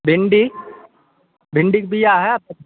भिण्डी भिण्डीके बीया होयत